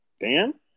Dan